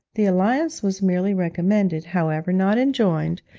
the alliance was merely recommended, however, not enjoined,